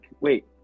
Wait